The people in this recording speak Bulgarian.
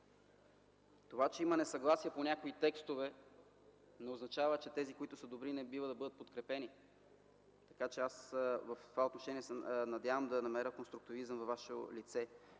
Това, че има несъгласие по някои текстове, не означава, че тези, които са добри, не бива да бъдат подкрепени. В това отношение се надявам да намеря конструктивизъм във ваше лице.